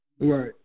Right